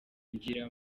ngira